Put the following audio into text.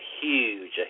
huge